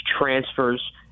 transfers